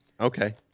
Okay